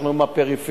לקחנו גם את הפריפריה.